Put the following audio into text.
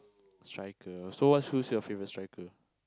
striker so what who's your favourite striker